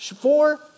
four